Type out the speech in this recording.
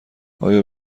آیا